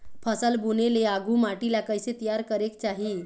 फसल बुने ले आघु माटी ला कइसे तियार करेक चाही?